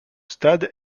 stade